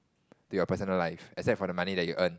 to your personal life except for the money that you earn